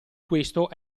questo